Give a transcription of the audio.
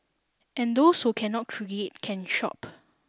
and those who cannot create can shop